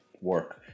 work